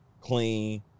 clean